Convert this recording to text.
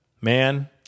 man